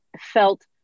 felt